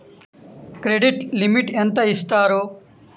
Credit limit ఎంత ఇస్తారు?